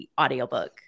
audiobook